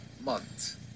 month